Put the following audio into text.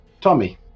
Tommy